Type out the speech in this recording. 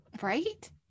right